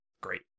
Great